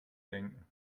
denken